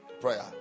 Prayer